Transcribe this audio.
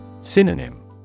Synonym